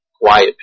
quiet